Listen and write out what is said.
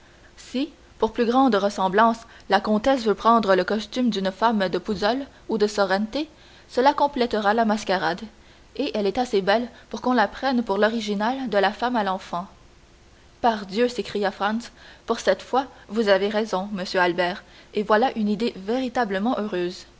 si pour plus grande ressemblance la comtesse veut prendre le costume d'une femme de pouzzole ou de sorrente cela complétera la mascarade et elle est assez belle pour qu'on la prenne pour l'original de la femme à l'enfant pardieu s'écria franz pour cette fois vous avez raison monsieur albert et voilà une idée véritablement heureuse